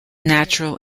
natural